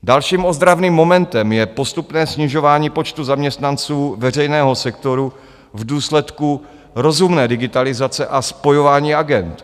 Dalším ozdravným momentem je postupné snižování počtu zaměstnanců veřejného sektoru v důsledku rozumné digitalizace a spojování agend.